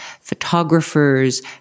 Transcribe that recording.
photographers